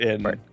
Right